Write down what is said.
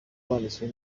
yanditswe